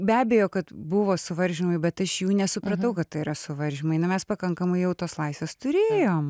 be abejo kad buvo suvaržymai bet aš jų nesupratau kad tai yra suvaržymai na mes pakankamai jau tos laisvės turėjom